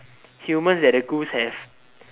humans that the ghouls have